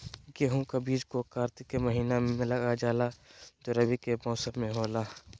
गेहूं का बीज को कार्तिक के महीना में लगा जाला जो रवि के मौसम में होला